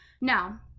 Now